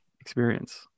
experience